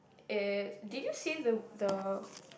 it's did you say the the